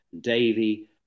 Davy